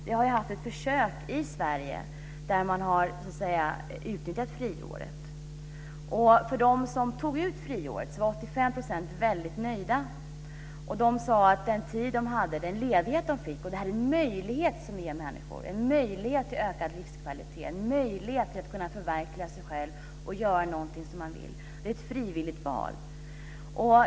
Vi har gjort ett försök i Sverige med att utöka friåret. Av dem som tog ut friåret var 85 % väldigt nöjda. Det här är en möjlighet som vi ger människor till ökad livskvalitet och till att förverkliga sig själv och göra någonting som man vill - ett frivilligt val.